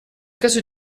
caso